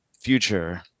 future